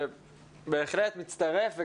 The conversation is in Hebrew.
אני בהחלט מצטרף.